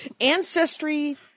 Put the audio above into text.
Ancestry